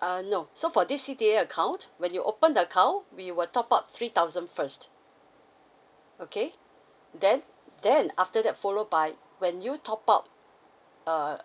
uh no so for this C_D_A account when you open the account we will top up three thousand first okay then then after that follow by when you top up uh